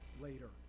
later